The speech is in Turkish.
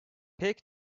pek